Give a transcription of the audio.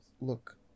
look